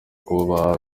kubaba